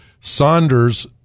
Saunders